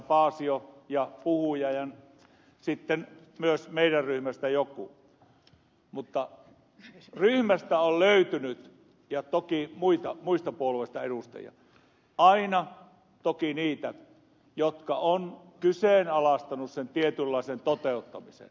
paasio ja puhuja ja sitten myös meidän ryhmästämme joku muu ja toki muista puolueista edustajia mutta ryhmästä on löytynyt aina toki niitä jotka ovat kyseenalaistaneet vähennyksen tietynlaisen toteuttamisen